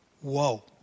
Whoa